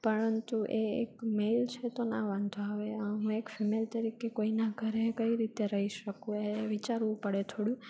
પરંતુ એ એક મેલ છે તો ના વાંધો આવે આમ એક ફિમેલ તરીકે કોઈના ઘરે કઈ રીતે રહી શકું એ વિચારવું પડે થોડું